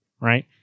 right